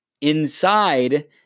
inside